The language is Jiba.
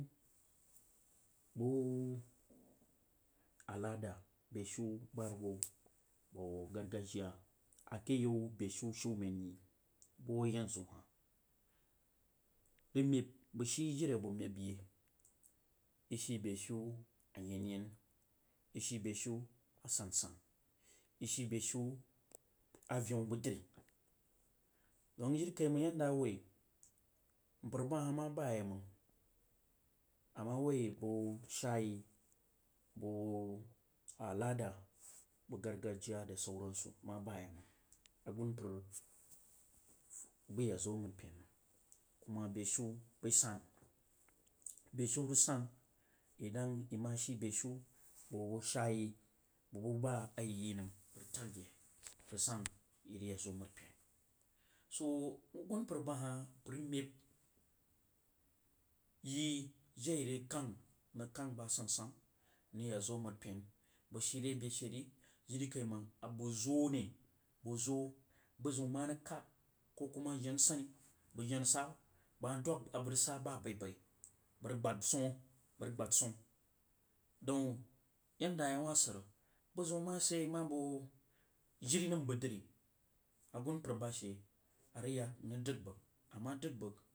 Bu alada beshi buhuwho bag gar sadiya a ke yau bashiu shumenyi bu a yanzu hah i mag bag shi jiri abdag mepye ishii be beshiu ayenyen ishi beshiu usansan ishi beshi alleun budri dong jirikai mang yonda n wvi mpar behal ma ba yeimang, ama woi bag sha yi bag bag alada ba gargajiya da sauran su ma baye, məng asunpar bai ya zo məri pen mong kuma beshiu bai san mang beshiu rag sun ima shi beshiu bag bag shaa yi bəg bu ba a iyi bam rag tag yeh rəg san irəg ya zo məripan soo agunmpar ba hah bag rag meb yi jiri a irag kəng n rak kanf ba sansan n rag yazo marripen bag she re beshen jiri kaimang bəg zo ri. Ba zo bezam ma rag kad ko kuma jen nsahni bəg jen sahba bag ma dwag abog rog sa ba a bai bai ba rog abad swoh ba rag gbad wsohi daun yadda awah sir bazam ma sidy ima bag jiri nam bag dri agunpar bashe orag yake ndog bag ama dag bəg.